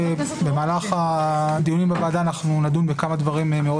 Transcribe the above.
במהלך הדיונים בוועדה נדון בכמה דברים מאוד